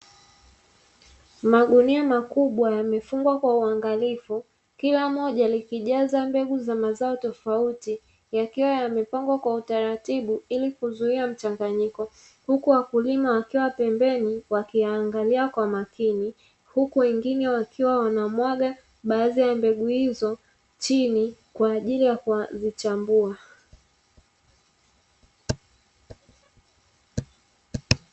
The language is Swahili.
Magunia makubwa yamefungwa kwa uangalifu kila moja likijaza mbegu za mazao tofauti, yakiwa yamepangwa kwa utaratibu ili kuzuia mchanganyiko. Huku wakulima wakiwa pembeni wakiangalia kwa makini, huku wengine wakiwa wanamwaga baadhi ya mbegu hizo chini kwa ajili ya kuzichambua.